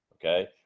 okay